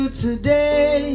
today